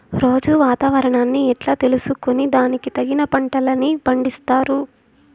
రోజూ వాతావరణాన్ని ఎట్లా తెలుసుకొని దానికి తగిన పంటలని పండిస్తారు?